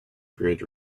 grid